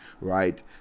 right